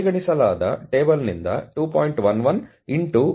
ಪರಿಗಣಿಸಲಾದ ಟೇಬಲ್ನಿಂದ 2